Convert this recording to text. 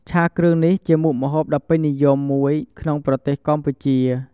ឆាគ្រឿងនេះជាមុខម្ហូបដ៏ពេញនិយមមួយក្នុងប្រទេសកម្ពុជា។